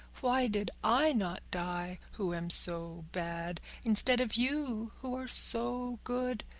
why did i not die, who am so bad, instead of you, who are so good?